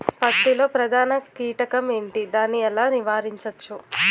పత్తి లో ప్రధాన కీటకం ఎంటి? దాని ఎలా నీవారించచ్చు?